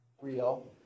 real